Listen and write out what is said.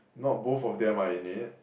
not both of them are in it